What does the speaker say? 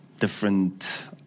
different